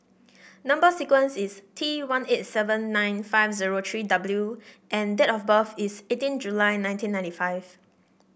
number sequence is T one eight seven nine five zero three W and date of birth is eighteen July nineteen ninety five